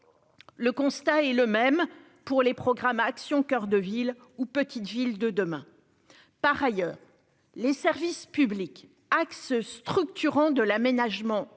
le constat est le même pour les programmes Action coeur de ville ou Petites Villes de demain, par ailleurs, les services publics axes structurants de l'aménagement du